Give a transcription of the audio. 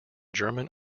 german